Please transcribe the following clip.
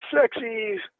sexy